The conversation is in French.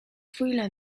fouillent